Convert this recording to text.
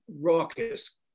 raucous